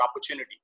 opportunity